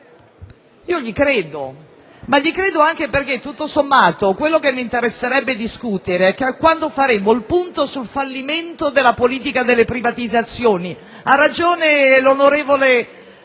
Io gli credo, ma gli credo anche perché, tutto sommato, quello che mi interesserebbe discutere è quando faremo il punto sul fallimento della politica delle privatizzazioni, chiunque le